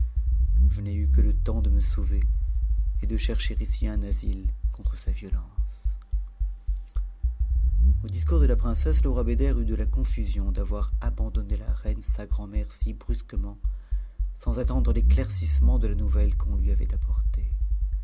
je n'ai eu que le temps de me sauver et de chercher ici un asile contre sa violence a au discours de la princesse le roi beder eut de la confusion d'avoir abandonné la reine sa grand'mère si brusquement sans attendre l'éclaircissement de la nouvelle qu'on lui avait apportée